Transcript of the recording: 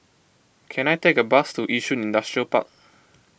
can I take a bus to Yishun Industrial Park